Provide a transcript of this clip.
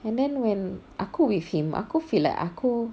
and then when aku with him aku feel like aku